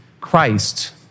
Christ